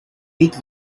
week